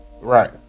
right